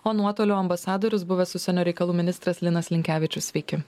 o nuotoliu ambasadorius buvęs užsienio reikalų ministras linas linkevičius sveiki